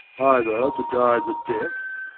either to die the death,